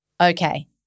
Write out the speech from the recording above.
Okay